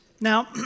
Now